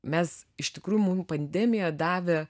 mes iš tikrųjų mum pandemija davė